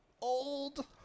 old